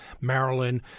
Maryland